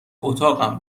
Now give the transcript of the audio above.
اتاقم